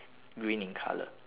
green in colour